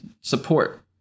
support